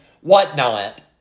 whatnot